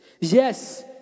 yes